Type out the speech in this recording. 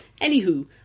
Anywho